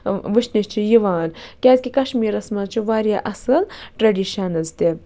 وٕچھنہٕ چھِ یِوان کیازِ کہِ کَشمیٖرَس منٛز چھِ واریاہ اَصٕل ٹریڈِشَنٔز تہِ